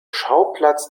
schauplatz